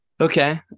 okay